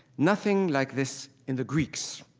nothing like this in the greeks.